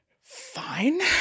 fine